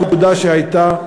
הפקודה שהייתה,